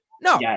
No